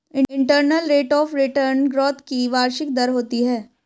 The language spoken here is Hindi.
internal rate of return growth की वार्षिक दर होती है